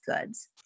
goods